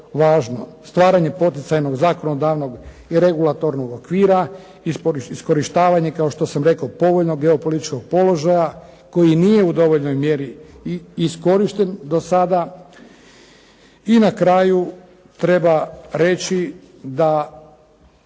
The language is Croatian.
Stvaranje poticajnog zakonodavnog i regulatornog okvira, iskorištavanje kao što sam rekao povoljnog geopolitičkog položaja koji nije u dovoljnoj mjeri iskorišten dosada. I na kraju treba reći da